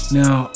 now